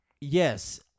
yes